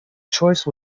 choice